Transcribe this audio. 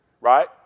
right